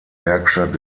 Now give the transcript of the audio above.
werkstatt